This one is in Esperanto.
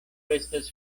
estas